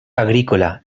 agrícola